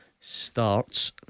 starts